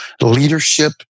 leadership